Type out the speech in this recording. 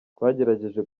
twagerageje